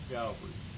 Calvary